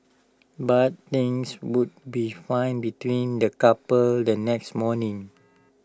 but things would be fine between the couple the next morning